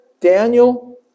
Daniel